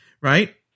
right